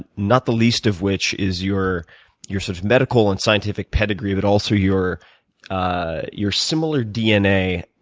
not the least of which is your your sort of medical and scientific pedigree, but also your ah your similar dna.